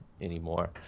anymore